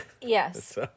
Yes